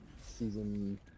season